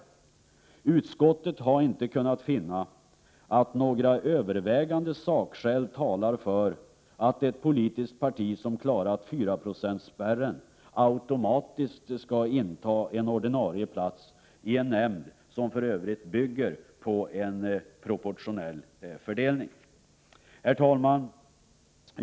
Utskottet har inte kunnat finna att några övervägande sakskäl talar för att ett politiskt parti som klarat 4-procentsspärren automatiskt skall inta en ordinarie plats i en nämnd som i övrigt bygger på en proportionell fördelning. Herr talman!